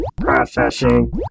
Processing